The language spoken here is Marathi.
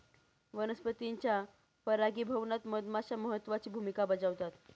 वनस्पतींच्या परागीभवनात मधमाश्या महत्त्वाची भूमिका बजावतात